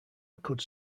could